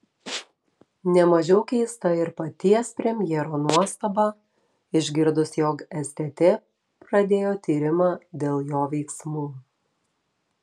ne mažiau keista ir paties premjero nuostaba išgirdus jog stt pradėjo tyrimą dėl jo veiksmų